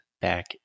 back